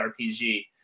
RPG